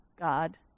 God